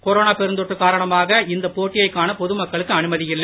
corona பெருந்தொற்று காரணமாக இந்தப் போட்டியைக் காண பொதுமக்களுக்கு அனுமதியில்லை